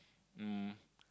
um